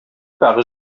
par